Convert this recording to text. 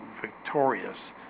victorious